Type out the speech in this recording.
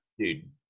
Dude